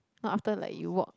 not after like you walk